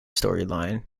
storyline